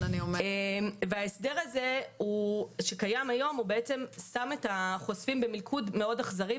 ההסדר שקיים היום שם את החושפים במלכוד אכזרי מאוד,